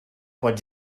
pot